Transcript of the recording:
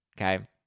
okay